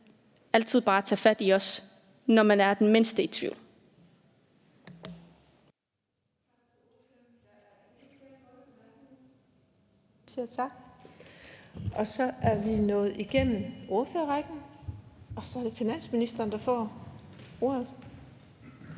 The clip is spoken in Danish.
altid bare at tage fat i os, når man er det mindste i tvivl.